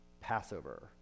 Passover